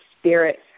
spirit